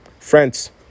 friends